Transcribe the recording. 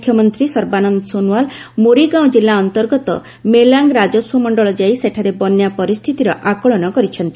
ମୁଖ୍ୟମନ୍ତ୍ରୀ ସର୍ବାନନ୍ଦ ସୋନୱାଲ ମୋରିଗାଓଁ ଜିଲ୍ଲା ଅନ୍ତର୍ଗତ ମେଲାଙ୍ଗ ରାଜସ୍ୱ ଗ୍ରାମ ଯାଇ ସେଠାରେ ବନ୍ୟା ପରିସ୍ଥିତି ଆକଳନ କରିଛନ୍ତି